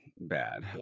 bad